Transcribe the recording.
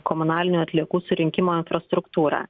komunalinių atliekų surinkimo infrastruktūrą